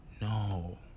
No